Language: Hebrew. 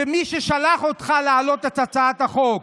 מי ששלח אותך להעלות את הצעת החוק,